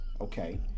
okay